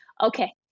okay